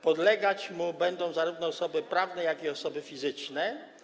Podlegać mu będą zarówno osoby prawne, jak i osoby fizyczne.